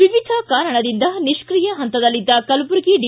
ವಿವಿಧ ಕಾರಣದಿಂದ ನಿಷ್ಟೀಯ ಹಂತದಲ್ಲಿದ್ದ ಕಲಬುರಗಿ ಡಿ